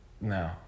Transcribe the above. No